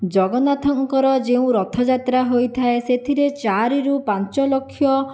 ଜଗନ୍ନାଥଙ୍କର ଯେଉଁ ରଥଯାତ୍ରା ହୋଇଥାଏ ସେଥିରେ ଚାରି ରୁ ପାଞ୍ଚ ଲକ୍ଷ